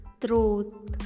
throat